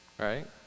Right